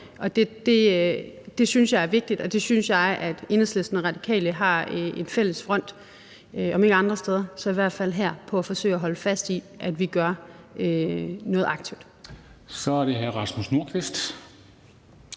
Det synes jeg er vigtigt, og jeg synes, at Enhedslisten og Radikale har en fælles front, om ikke andre steder, så i hvert fald her, i forhold til at forsøge at holde fast i, at vi gør noget aktivt.